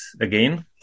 again